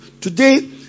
today